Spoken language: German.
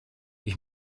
ich